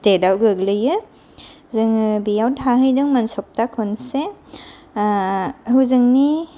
स्टेटयाव गोग्लैयो जोङो बेयाव थाहैदोंमोन सप्ता खनसे हजोंनि